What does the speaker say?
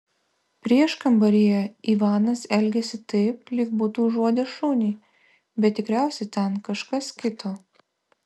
prieškambaryje ivanas elgėsi taip lyg būtų užuodęs šunį bet tikriausiai ten kažkas kito